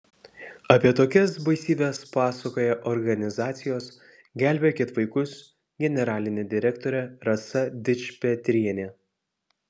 apie tokias baisybes pasakoja organizacijos gelbėkit vaikus generalinė direktorė rasa dičpetrienė